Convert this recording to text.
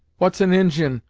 what's an injin,